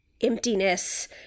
emptiness